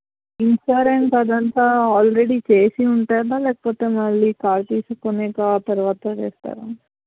insurance అదంతా already చేసి ఉంటుందా లేకపోతే మళ్ళీ కార్ తీసుకున్నాక తరువాత చేస్తారా